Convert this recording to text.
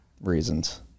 reasons